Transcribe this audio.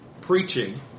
preaching